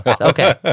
Okay